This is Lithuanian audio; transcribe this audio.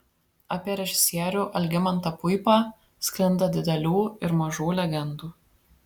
apie režisierių algimantą puipą sklinda didelių ir mažų legendų